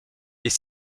est